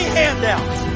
handouts